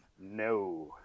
No